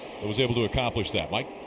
was able to accomplish that. mike?